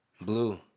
Blue